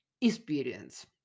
experience